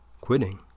Quitting